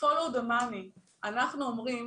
צריך לעקוב